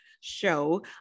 show